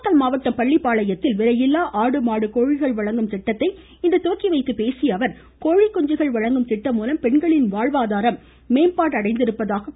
நாமக்கல் மாவட்டம் பள்ளிபாளையத்தில் விலையில்லா ஆடு மாடு கோழிகள் வழங்கும் திட்டத்தை இன்று துவக்கிவைத்து பேசிய அவர் கோழிக்குஞ்சுகள் வழங்கும் திட்டம் முலம் பெண்களின் வாழ்வாதாரம் மேம்பாடு அடைந்திருப்பதாக கூறினார்